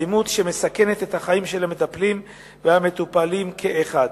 אלימות שמסכנת את החיים של המטפלים והמטופלים כאחד.